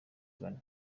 ghana